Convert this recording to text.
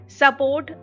support